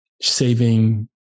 saving